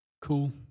Cool